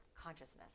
consciousness